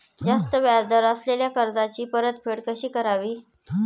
जास्त व्याज दर असलेल्या कर्जाची परतफेड कशी करावी?